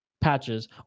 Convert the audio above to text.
patches